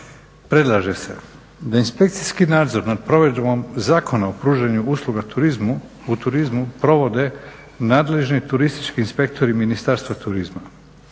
Predlaže se da inspekcijski nadzor nad provedbom Zakona o pružanju usluga u turizmu provode nadležni turistički inspektori Ministarstva turizma,